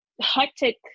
hectic